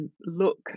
Look